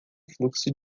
fluxo